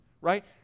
right